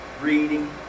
reading